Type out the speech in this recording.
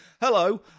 Hello